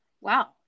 wow